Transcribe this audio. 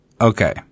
Okay